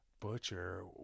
butcher